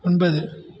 ஒன்பது